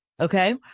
Okay